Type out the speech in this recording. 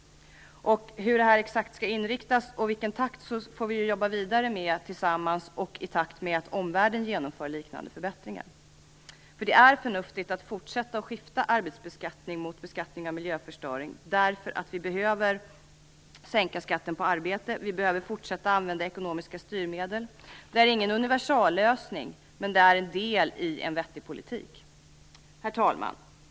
Exakt hur detta skall inrättas och i vilken takt det skall ske får vi jobba vidare med tillsammans och i takt med att omvärlden genomför liknande förbättringar. Det är förnuftigt att fortsätta att skifta arbetsbeskattning mot beskattning av miljöförstöring därför att vi behöver sänka skatten på arbete och vi behöver fortsätta att använda ekonomiska styrmedel. Det är ingen universallösning, men det är en del i en vettig politik. Herr talman!